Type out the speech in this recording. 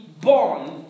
born